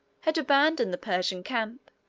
had abandoned the persian camp,